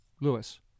Lewis